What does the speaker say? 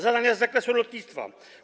Zadania z zakresu lotnictwa.